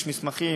יש מסמכים,